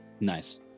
Nice